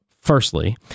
firstly